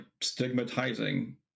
stigmatizing